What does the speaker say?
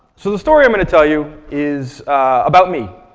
so the story i'm gonna tell you is about me.